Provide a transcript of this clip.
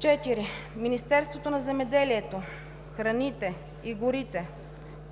(4) Министерството на земеделието, храните и горите